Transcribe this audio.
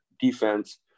defense